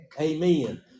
Amen